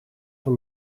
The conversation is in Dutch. van